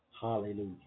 Hallelujah